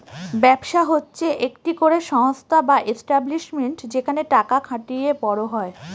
ব্যবসা হচ্ছে একটি করে সংস্থা বা এস্টাব্লিশমেন্ট যেখানে টাকা খাটিয়ে বড় হয়